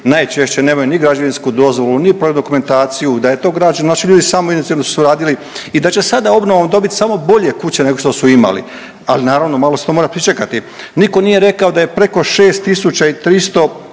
najčešće nemaju ni građevinsku dozvolu, no projekt dokumentaciju da je to … znači ljudi samoinicijativno su radili i da će sada obnovom dobiti samo bolje kuće nego što su imali, ali naravno malo se to mora pričekati. Niko nije rekao da je preko 6.300